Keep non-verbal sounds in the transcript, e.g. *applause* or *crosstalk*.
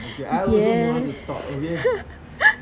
yes *laughs*